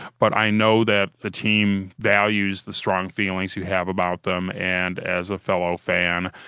but i know that the team values the strong feelings you have about them and as a fellow fan,